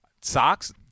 Socks –